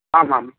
आम् आम्